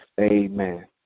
Amen